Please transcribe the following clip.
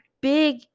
big